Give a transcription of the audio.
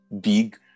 big